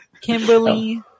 Kimberly